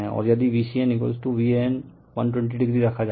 और यदि V CN Van120o रखा जाए